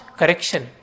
correction